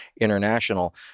International